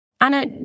Anna